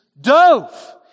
dove